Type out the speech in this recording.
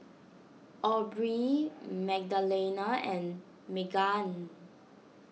Aubrie Magdalena and Meggan